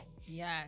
yes